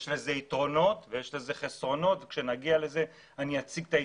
אציג זאת כשנגיע לנושא.